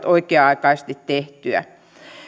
oikea aikaisesti tehtyä